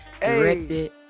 Directed